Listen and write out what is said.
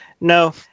No